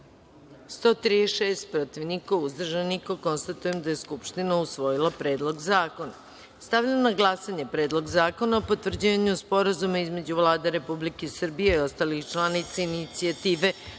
136, protiv – niko, uzdržanih – nema. Konstatujem da je Narodna skupština usvojila Predlog zakona. Stavljam na glasanje Predlog zakona o potvrđivanju Sporazuma između Vlade Republike Srbije i ostalih članica Inicijative